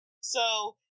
So-